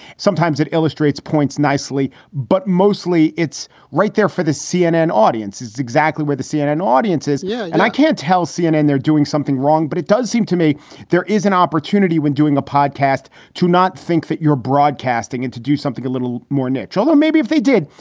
sometimes it illustrates points nicely, but mostly it's right there for the cnn audience is exactly where the cnn audiences. yeah. and i can't tell cnn they're doing something wrong, but it does seem to me there is an opportunity when doing a podcast to not think that you're broadcasting into do something a little more natural. or maybe if they did,